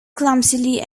clumsily